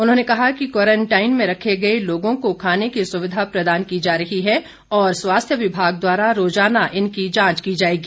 उन्होंने कहा कि क्वारंटाइन में रखे गए लोगों को खाने की सुविधा प्रदान की जा रही है और स्वास्थ्य विभाग द्वारा रोज़ाना इनकी जांच की जाएगी